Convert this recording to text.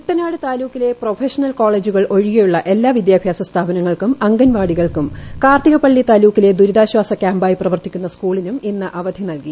കുട്ടനാട് താലൂക്കിലെ പ്രൊഫഷണൽ കോളേജുകൾ ഒഴികെയുള്ള എല്ലാ വിദ്യാഭ്യാസ സ്ഥാപനങ്ങൾക്കും അംഗൻവാടികൾക്കും കാർത്തികപ്പള്ളി താലൂക്കിലെ ദുരിതാശ്വാസ ക്യാമ്പ് ആയി പ്രവർത്തിക്കുന്ന സ്കൂളിനും ഇന്ന് അവധി നൽകി